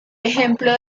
ejemplo